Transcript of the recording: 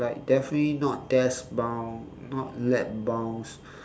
like definitely not desk bound not lap bound